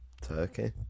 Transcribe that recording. Turkey